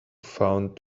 found